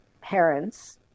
parents